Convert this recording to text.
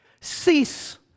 Cease